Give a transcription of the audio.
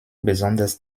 besonders